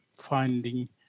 finding